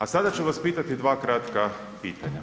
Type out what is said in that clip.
A sada ću vas pitati dva kratka pitanja.